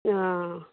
हॅं